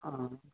ᱚ